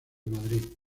madrid